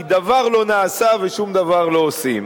כי דבר לא נעשה ושום דבר לא עושים.